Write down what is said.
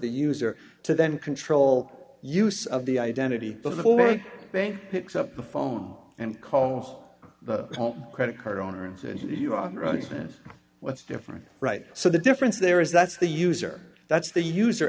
the user to then control use of the identity of the the picks up the phone and call the credit card owner and you are running it what's different right so the difference there is that's the user that's the use